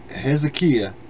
Hezekiah